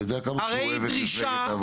יודע כמה שהוא אוהב את מפלגת העבודה.